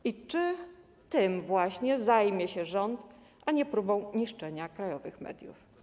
I czy tym właśnie zajmie się rząd, a nie próbą niszczenia krajowych mediów?